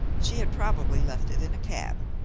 she had probably left it in a cab.